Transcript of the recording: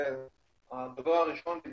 הדבר הראשון ש